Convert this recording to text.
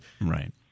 Right